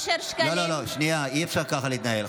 אי-אפשר להתנהל ככה.